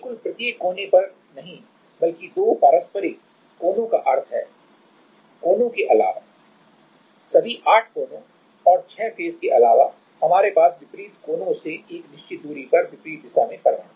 बिल्कुल प्रत्येक कोने पर नहीं बल्कि दो पारस्परिक कोनों का अर्थ है कोनों के अलावा सभी आठ कोनों और छह फेस के अलावा हमारे पास विपरीत कोनों से एक निश्चित दूरी पर विपरीत दिशा में परमाणु है